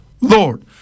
Lord